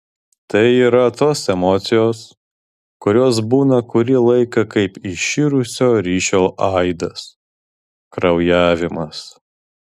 tai yra tos emocijos kurios būna kurį laiką kaip iširusio ryšio aidas kraujavimas